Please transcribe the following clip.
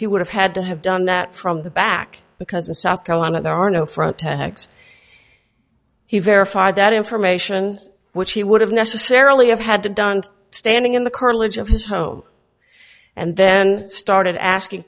he would have had to have done that from the back because in south carolina there are no front tacks he verified that information which he would have necessarily have had to done standing in the curtilage of his home and then started asking